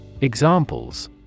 Examples